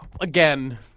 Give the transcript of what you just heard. again